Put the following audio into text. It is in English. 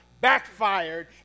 backfired